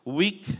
weak